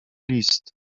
list